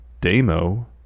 Demo